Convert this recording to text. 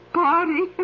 party